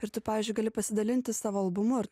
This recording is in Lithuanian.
ir tu pavyzdžiui gali pasidalinti savo albumu ir